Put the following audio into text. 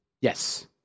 Yes